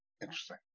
Interesting